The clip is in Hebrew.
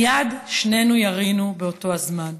מייד שנינו ירינו באותו הזמן.